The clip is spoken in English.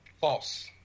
False